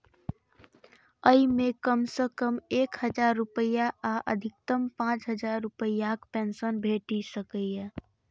अय मे कम सं कम एक हजार रुपैया आ अधिकतम पांच हजार रुपैयाक पेंशन भेटि सकैए